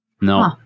No